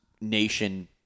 nation